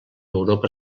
europa